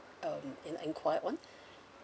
um in~ enquire on